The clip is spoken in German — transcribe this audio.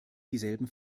dieselben